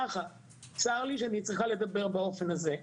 צר לי שאני צריכה לדבר באופן הזה,